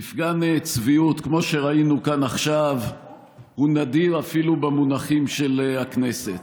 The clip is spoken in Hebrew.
מפגן צביעות כמו שראינו כאן עכשיו הוא נדיר אפילו במונחים של הכנסת,